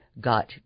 got